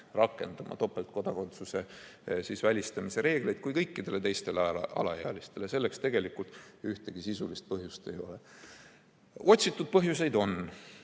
rakenduma topeltkodakondsuse välistamise reegleid kui kõikidele teistele alaealistele. Selleks tegelikult ühtegi sisulist põhjust ei ole. Otsitud põhjuseid on